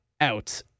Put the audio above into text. out